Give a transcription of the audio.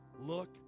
look